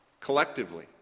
collectively